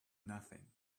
nothing